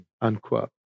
Unquote